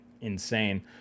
insane